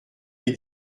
les